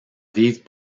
vivent